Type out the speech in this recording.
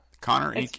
Connor